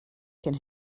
can